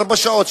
ארבע שעות,